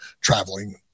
traveling